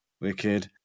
wicked